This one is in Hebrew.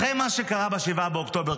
אחרי מה שקרה ב-7 באוקטובר,